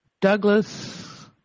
Douglas